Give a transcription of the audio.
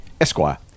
Esquire